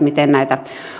miten näitä